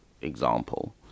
example